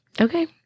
Okay